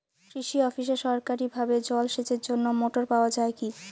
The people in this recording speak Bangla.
কৃষি অফিসে সরকারিভাবে জল সেচের জন্য মোটর পাওয়া যায় কি?